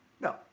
No